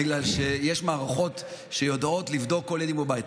בגלל שיש מערכות שיודעות לבדוק על כל ילד אם הוא בבית,